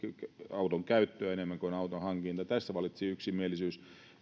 auton käyttöä kuin auton hankintaa tästä vallitsi yksimielisyys